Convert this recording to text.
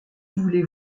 voulez